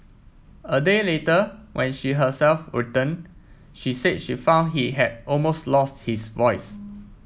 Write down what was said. a day later when she herself returned she said she found he had almost lost his voice